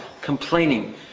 complaining